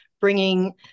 bringing